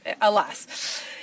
alas